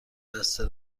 بسته